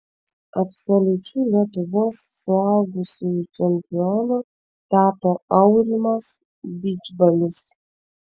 absoliučiu lietuvos suaugusiųjų čempionu tapo aurimas didžbalis